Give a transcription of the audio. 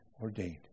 ordained